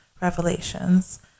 Revelations